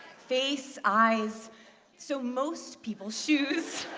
face, eyes so most people shoes.